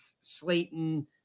Slayton